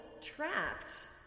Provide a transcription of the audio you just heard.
trapped